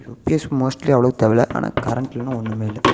UPS mostly அவ்வளோ தேவையில்ல ஆனால் கரண்ட் இல்லைன்னா ஒன்றுமே இல்லை